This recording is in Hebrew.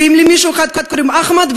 ואם למישהו קוראים אחמד,